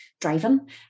driving